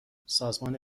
سازمان